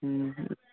ꯎꯝ